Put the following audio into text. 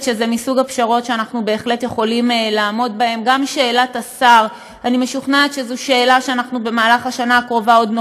במסגרת התוכנית נטו משפחה של השר כחלון הובלנו לא רק פיקוח וסטנדרטיזציה